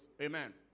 Amen